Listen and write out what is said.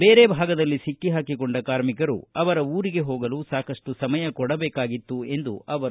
ಬೇರೆ ಭಾಗದಲ್ಲಿ ಸಿಕ್ಕಿ ಹಾಕಿಕೊಂಡ ಕಾರ್ಮಿಕರು ಅವರ ಊರಿಗೆ ಹೋಗಲು ಸಮಯ ಸಾಕಷ್ಟು ಸಮಯ ಕೊಡಬೇಕಾಗಿತ್ತು ಎಂದರು